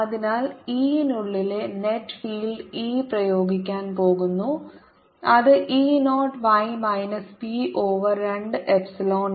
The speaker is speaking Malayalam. അതിനാൽ E നുള്ളിലെ നെറ്റ് ഫീൽഡ് E പ്രയോഗിക്കാൻ പോകുന്നു അത് E 0 y minus p over 2 epsilon 0 y ആണ്